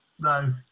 No